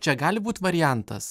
čia gali būt variantas